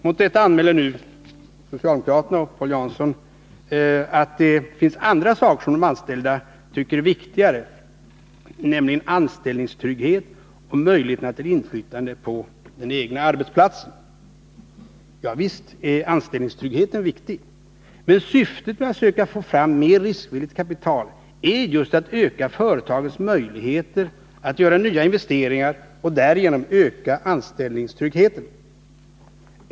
Mot detta genmäler nu socialdemokraterna att det finns andra saker som de anställda tycker är viktigare, nämligen anställningstrygghet och möjligheterna till inflytande på den egna arbetsplatsen. Ja, visst är anställningstryggheten viktig. Men syftet med att söka få fram mer riskvilligt kapital är just att öka företagens möjligheter att göra nya investeringar och därigenom öka anställningstryggheten.